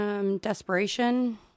desperation